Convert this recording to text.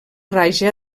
raja